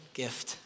gift